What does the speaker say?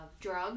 drugs